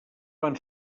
van